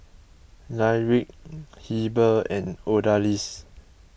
Lyric Heber and Odalys